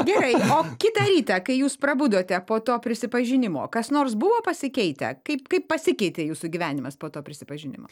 gerai o kitą rytą kai jūs prabudote po to prisipažinimo kas nors buvo pasikeitę kaip kaip pasikeitė jūsų gyvenimas po to prisipažinimo